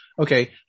Okay